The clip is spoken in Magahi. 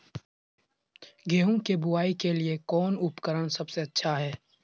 गेहूं के बुआई के लिए कौन उपकरण सबसे अच्छा है?